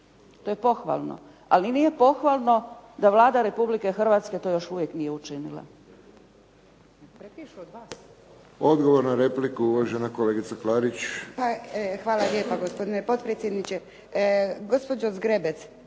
To je pohvalno, ali nije pohvalno da Vlada Republike Hrvatske to još uvijek nije učinila.